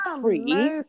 free